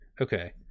Okay